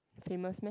famous meh